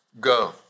go